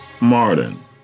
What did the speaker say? Martin